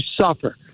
suffer